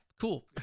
cool